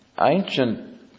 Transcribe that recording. ancient